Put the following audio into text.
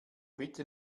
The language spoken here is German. bitte